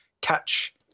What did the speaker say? catch